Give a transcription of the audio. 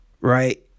Right